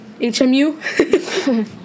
HMU